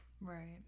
Right